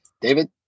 David